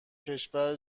کشور